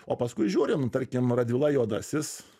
o paskui žiūrim tarkim radvila juodasis